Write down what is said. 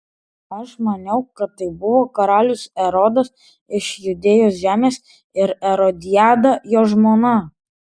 aš maniau kad tai buvo karalius erodas iš judėjos žemės ir erodiada jo žmona